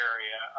Area